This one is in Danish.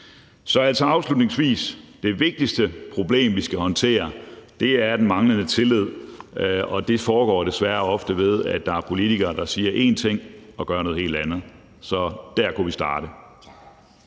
jeg altså sige: Det vigtigste problem, vi skal håndtere, er den manglende tillid, og det opstår desværre ofte, ved at der er politikere, der siger én ting og gør noget andet. Så der kunne vi starte.